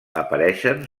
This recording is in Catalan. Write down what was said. apareixen